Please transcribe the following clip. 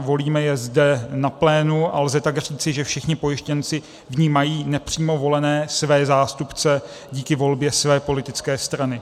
Volíme je zde na plénu, a lze tak říci, že všichni pojištěnci vnímají své nepřímo volené zástupce díky volbě své politické strany.